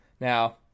Now